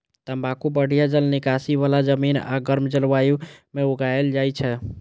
तंबाकू बढ़िया जल निकासी बला जमीन आ गर्म जलवायु मे उगायल जाइ छै